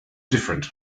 different